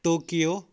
Tokyo